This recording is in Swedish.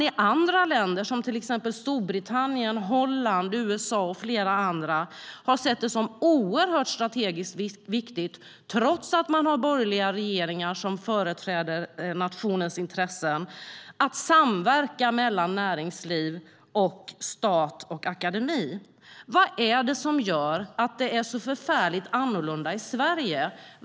I andra länder, som till exempel Storbritannien, Holland och USA, har man, trots att man har borgerliga regeringar som företräder nationens intressen, sett det som strategiskt viktigt med en samverkan mellan näringsliv, stat och akademi. Vad är det som gör att det är så annorlunda i Sverige?